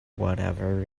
whatever